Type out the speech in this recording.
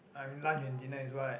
I'm lunch and dinner is what